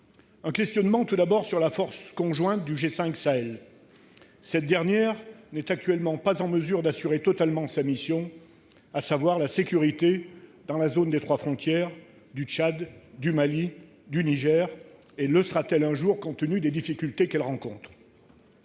Je m'interroge tout d'abord sur la force conjointe du G5 Sahel. Cette dernière n'est actuellement pas en mesure d'assurer totalement sa mission, à savoir la sécurité dans la zone des trois frontières du Tchad, du Mali et du Niger. Le sera-t-elle d'ailleurs un jour, compte tenu des difficultés qu'elle rencontre ?